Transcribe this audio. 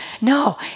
No